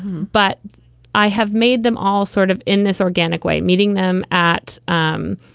but i have made them all sort of in this organic way. meeting them at um